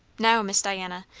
now, miss diana,